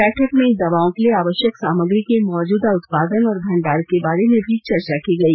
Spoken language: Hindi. बैठक में इन दवाओं के लिए आवश्यक सामग्री के मौजूदा उत्पादन और भंडार के बारे में भी चर्चा की गई